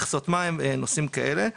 מכסות מים ונושאים כאלה.